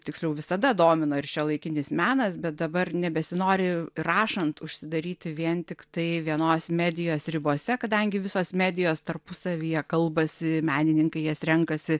tiksliau visada domino ir šiuolaikinis menas bet dabar nebesinori rašant užsidaryti vien tiktai vienos medijos ribose kadangi visos medijos tarpusavyje kalbasi menininkai jas renkasi